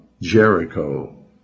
Jericho